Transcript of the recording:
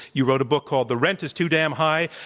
you wrote a book called, the rent is too damn high,